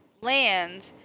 land